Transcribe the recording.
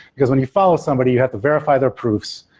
because when you follow somebody you have to verify their proofs,